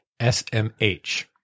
SMH